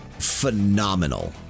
Phenomenal